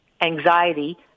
anxiety